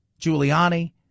Giuliani